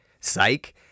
psych